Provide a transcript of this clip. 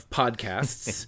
podcasts